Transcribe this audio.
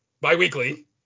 bi-weekly